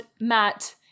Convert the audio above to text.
Matt